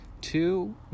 Two